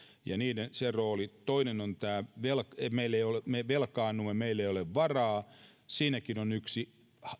ja sen rooli toinen on tämä että me velkaannumme meillä ei ole varaa siinäkin on yksi